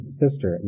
sister